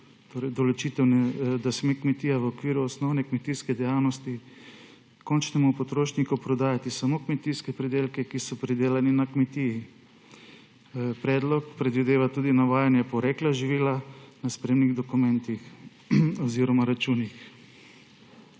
določitev, da sme kmetija v okviru osnovne kmetijske dejavnosti končnemu potrošniku prodajati samo kmetijske pridelke, ki so pridelani na kmetiji. Predlog predvideva tudi navajanje porekla živila na sprejemnih dokumentih oziroma računih.